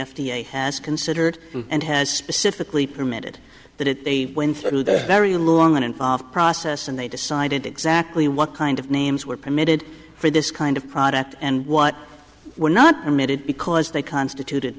a has considered and has specifically permitted that it they went through the very long and involved process and they decided exactly what kind of names were permitted for this kind of product and what were not committed because they constituted